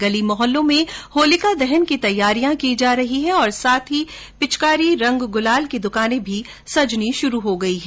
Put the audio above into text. गली मोहल्लों में होलिका दहन की तैयारियां की जा रही है साथ ही पिचकारी रंग गुलाल की दुकानें भी सजना शुरू हो गई है